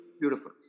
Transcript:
Beautiful